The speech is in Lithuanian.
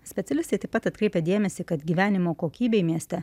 specialistai taip pat atkreipia dėmesį kad gyvenimo kokybei mieste